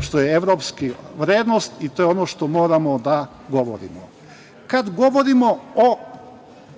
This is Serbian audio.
što je evropska vrednost i to je ono što moramo da govorimo. Kad govorimo o